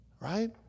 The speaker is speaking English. Right